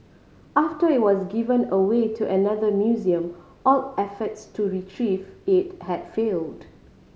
after it was given away to another museum all efforts to retrieve it had failed